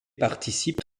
participent